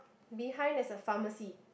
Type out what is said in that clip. behind there's a pharmacy